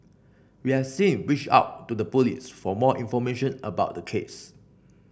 we're since reached out to the Police for more information about the case